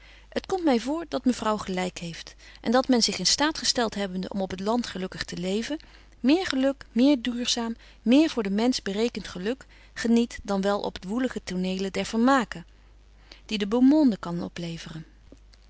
het komt my voor dat mevrouw gelyk heeft en dat men zich in staat gestelt hebbende om op het land gelukkig te leven méér geluk méér duurzaam méér voor den mensch berekent geluk geniet dan wel op de woelige toneelen der vermaken die de beaumonde kan opleveren